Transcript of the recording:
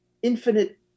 infinite